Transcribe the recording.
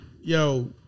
yo